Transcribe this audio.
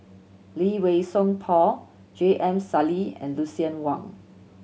Lee Wei Song Paul J M Sali and Lucien Wang